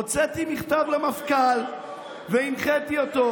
הוצאתי מכתב למפכ"ל והנחיתי אותו: